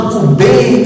obey